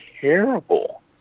terrible